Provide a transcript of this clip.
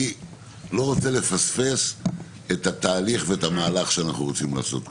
אני לא רוצה לפספס את התהליך ואת המהלך שאנחנו רוצים לעשות כאן.